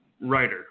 writer